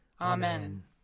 Amen